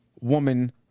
woman